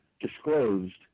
disclosed